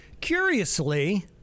Curiously